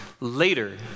later